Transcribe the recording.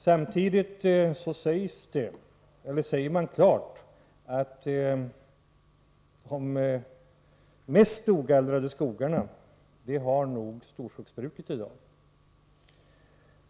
Samtidigt säger man klart att de mest ogallrade skogarna i dag har nog storskogsbruket.